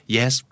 Yes